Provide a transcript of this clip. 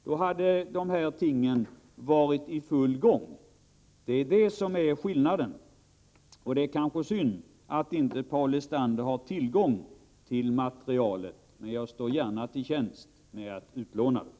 Då hade dessa ting varit i full gång. Detta är skillnaden. Det är kanske synd att Paul Lestander inte har tillgång till materialet, men jag står gärna till tjänst med att låna ut det.